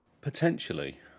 potentially